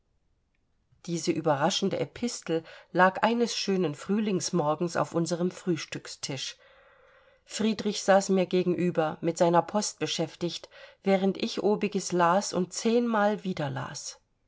diese überraschende epistel lag eines schönen frühlingsmorgens auf unserem frühstückstisch friedrich saß mir gegenüber mit seiner post beschäftigt während ich obiges las und zehnmal wiederlas